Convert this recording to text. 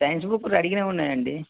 science book రెడీగా ఉన్నాయా అండి